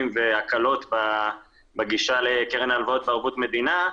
והקלות בגישה לקרן ההלוואות בערבות מדינה.